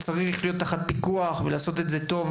הוא צריך להיות תחת פיקוח וצריך לעשות אותו טוב.